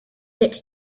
dick